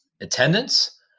attendance